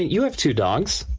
you have two dogs